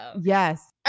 yes